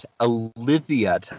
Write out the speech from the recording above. Olivia